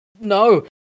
No